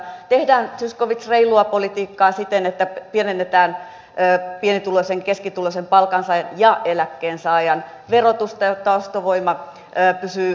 tehdään zyskowicz reilua politiikkaa siten että pienennetään pieni ja keskituloisen palkansaajan ja eläkkeensaajan verotusta jotta ostovoima pysyy parempana